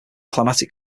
climatic